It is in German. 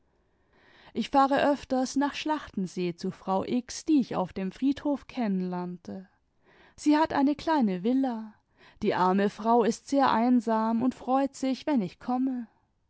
ich fahre öfters nach schlachtensee zu frau x die ich auf dem friedhof kennen lernte sie hat eine kleine villa die arme frau ist sehr einsam und freut sich wenn ich komme